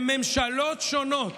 בממשלות שונות